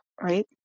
right